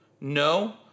No